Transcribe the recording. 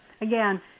again